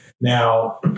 Now